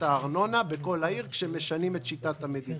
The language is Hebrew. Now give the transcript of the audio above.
הארנונה בכל העיר כשמשנים את שיטת המדידה.